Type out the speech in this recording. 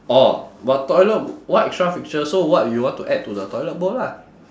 orh but toilet what extra feature so what you want to add to the toilet bowl lah